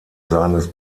seines